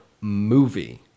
movie